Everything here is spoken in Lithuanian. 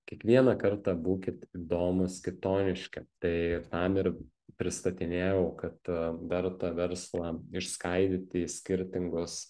kiekvieną kartą būkit įdomūs kitoniški tai tam ir pristatinėjau kad verta verslą išskaidyti į skirtingus